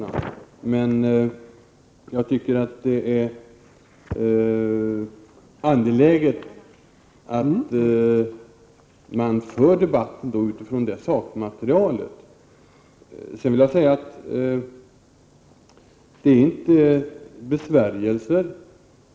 Jag tycker emellertid att det är angeläget att man för debatten utifrån det sakmaterialet. Jag vill också säga att vi inte kommer med besvärjelser.